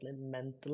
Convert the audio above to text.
mentally